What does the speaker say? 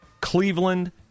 Cleveland